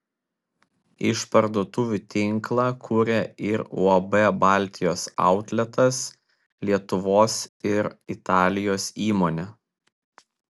išparduotuvių tinklą kuria ir uab baltijos autletas lietuvos ir italijos įmonė